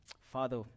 Father